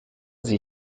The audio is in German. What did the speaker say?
sie